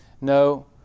no